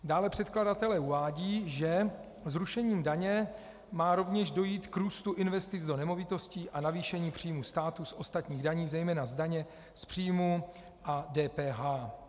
Dále předkladatelé uvádějí, že zrušením daně má rovněž dojít k růstu investic do nemovitostí a navýšení příjmů státu z ostatních daní, zejména z daně z příjmů a DPH.